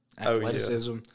athleticism